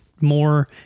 more